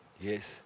yes